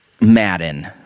Madden